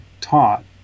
taught